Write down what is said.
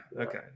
Okay